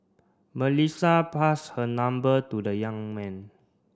Melissa passed her number to the young man